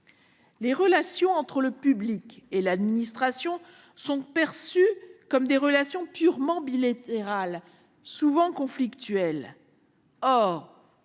Les relations entre le public et l'administration sont perçues comme des relations purement bilatérales, souvent conflictuelles.